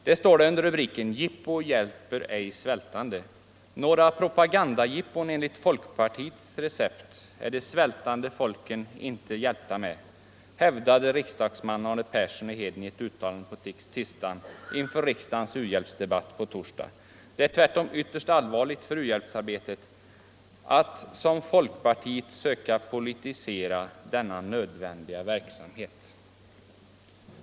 Där står under rubriken Jippo hjälper ej svältande: Några propagandajippon enligt folkpartiets recept är de svältande folken inte hjälpta med, hävdade riksdagsman Arne Persson i Heden i ett uttalande i tisdags inför riksdagens u-hjälpsdebatt på torsdag. Det är tvärtom ytterst allvarligt för u-hjälpsarbetet att folkpartiet söker politisera denna nödvändiga verksamhet.